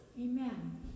amen